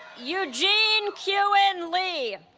eugene kyu-in lee